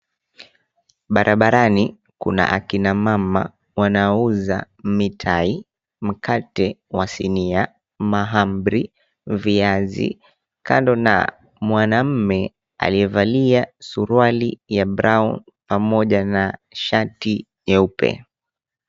Barabarani kuna akina mama wanauza mitai, mkate wa sinia, mahamri, viazi kando na mwanaume aliyevalia suruali ya brown pamoja na shati nyeupe.